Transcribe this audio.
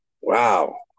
Wow